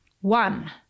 One